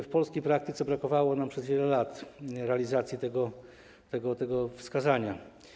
W polskiej praktyce brakowało nam przez wiele lat realizacji tego wskazania.